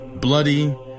bloody